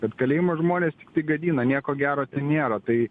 kad kalėjimas žmonės tiktai gadina nieko gero nėra tai